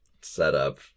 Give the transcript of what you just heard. setup